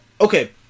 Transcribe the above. Okay